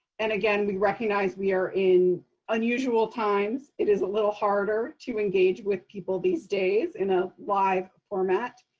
and again, we recognize we are in unusual times. it is a little harder to engage with people these days in a live format.